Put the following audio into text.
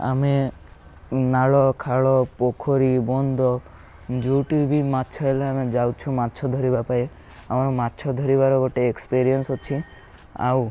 ଆମେ ନାଳ ଖାଲ ପୋଖରୀ ବନ୍ଦ ଯେଉଁଠି ବି ମାଛ ହେଲେ ଆମେ ଯାଉଛୁ ମାଛ ଧରିବା ପାଇଁ ଆମର ମାଛ ଧରିବାର ଗୋଟେ ଏକ୍ସପିରିଏନ୍ସ ଅଛି ଆଉ